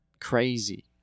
crazy